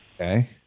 Okay